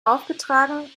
aufgetragen